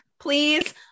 please